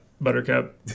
buttercup